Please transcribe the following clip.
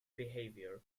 behavior